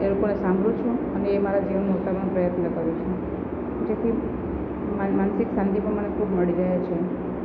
એ લોકોને સાંભળું છું અને એ મારા જીવનમાં હું ઉતારવાનો પ્રયત્ન કરું છું જેથી મારી માનસિક શાંતિ પણ મને ખૂબ મળી રહે છે